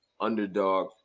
underdog